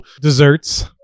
Desserts